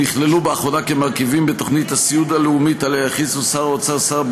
נכללו באחרונה כמרכיבים בתוכנית הסיעוד הלאומית שהכריזו עליה שר האוצר,